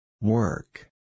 Work